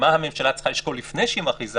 מה הממשלה צריכה לשקול לפני שהיא מכריזה